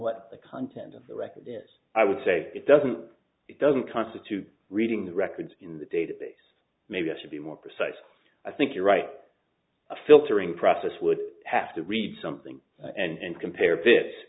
what the content of the record is i would say it doesn't it doesn't constitute reading the records in the database maybe i should be more precise i think you're right filtering process would have to read something and compare